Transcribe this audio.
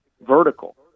vertical